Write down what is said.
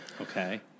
Okay